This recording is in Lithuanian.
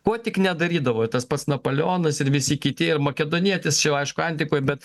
kuo tik nedarydavo ir tas pats napoleonas ir visi kiti ir makedonietis čia jau aišku antikoj bet